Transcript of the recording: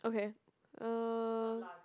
okay uh